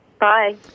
Bye